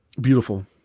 beautiful